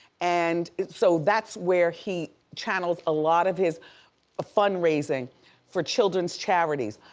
and so that's where he channels a lot of his fundraising for children's charities.